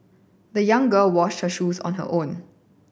the young girl washed her shoes on her own